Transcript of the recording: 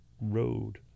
road